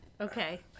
Okay